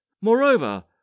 Moreover